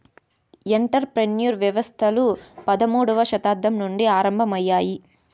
enter ప్రెన్యూర్ వ్యవస్థలు పదమూడవ శతాబ్దం నుండి ఆరంభమయ్యాయి